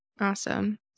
Awesome